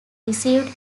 received